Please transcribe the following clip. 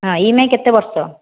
ହଁ E M I କେତେ ବର୍ଷ